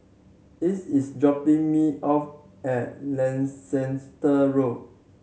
Ethyl is dropping me off at Leicester Road